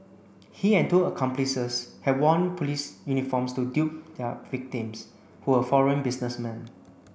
he and two accomplices had worn police uniforms to dupe their victims who were foreign businessmen